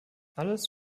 alles